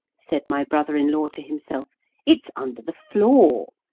said my brother-in-law to himself it's under the floor.